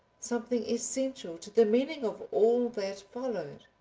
something essential to the meaning of all that followed.